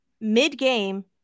mid-game